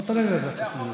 הוא צודק.